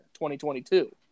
2022